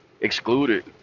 excluded